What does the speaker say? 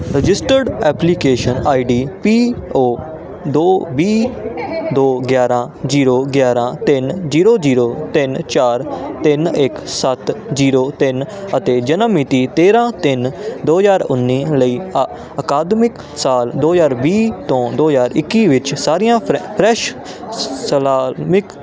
registered application I D P O ਦੋ ਵੀਹ ਦੋ ਗਿਆਰਾਂ ਜੀਰੋ ਗਿਆਰਾਂ ਤਿੰਨ ਜੀਰੋ ਜੀਰੋ ਤਿੰਨ ਚਾਰ ਤਿੰਨ ਇੱਕ ਸੱਤ ਜੀਰੋ ਤਿੰਨ ਅਤੇ ਜਨਮ ਮਿਤੀ ਤੇਰਾਂ ਤਿੰਨ ਦੋ ਹਜ਼ਾਰ ਉੱਨੀ ਲਈ ਅ ਅਕਾਦਮਿਕ ਸਾਲ ਦੋ ਹਜ਼ਾਰ ਵੀਹ ਤੋਂ ਦੋ ਹਜ਼ਾਰ ਇੱਕੀ ਵਿੱਚ ਸਾਰੀਆਂ ਫ ਫਰੈਸ਼ ਸਲਾਮਿਕ